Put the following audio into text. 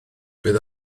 bydd